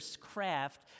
craft